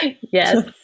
yes